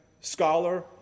scholar